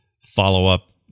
follow-up